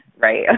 right